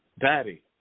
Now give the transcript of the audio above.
Daddy